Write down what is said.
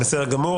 בסדר גמור.